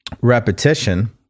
repetition